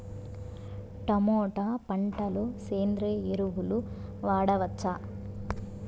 Tomato పంట లో సేంద్రియ ఎరువులు వాడవచ్చా?